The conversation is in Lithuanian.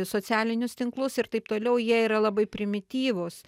socialinius tinklus ir taip toliau jie yra labai primityvūs